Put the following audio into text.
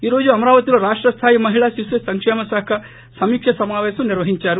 ఈ రోజు అమరావతి లో రాష్ట స్టాయి మహిళా శిశు సంక్షేమశాఖ సమీకా సమాపేశం నిర్వహించారు